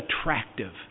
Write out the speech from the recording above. attractive